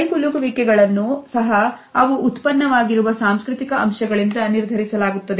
ಕೈಕುಲುಕುವಿಕೆಗಳನ್ನು ಸಹ ಅವು ಉತ್ಪನ್ನವಾಗಿ ಇರುವ ಸಾಂಸ್ಕೃತಿಕ ಅಂಶಗಳಿಂದ ನಿರ್ಧರಿಸಲಾಗುತ್ತದೆ